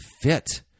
fit